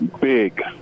big